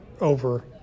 over